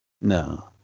No